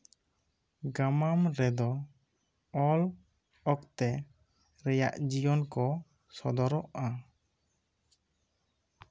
ᱜᱟᱢᱟᱢ ᱨᱮᱫᱚ ᱚᱞ ᱚᱠᱛᱮ ᱨᱮᱭᱟᱜ ᱡᱤᱭᱚᱱ ᱠᱚ ᱥᱚᱫᱚᱨᱚᱜᱼᱟ